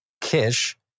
Kish